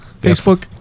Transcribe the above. facebook